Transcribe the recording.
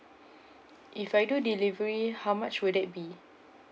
if I do delivery how much would that be